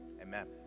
amen